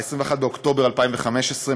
21 באוקטובר 2015,